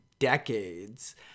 decades